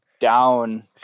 down